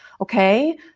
Okay